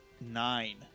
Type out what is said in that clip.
nine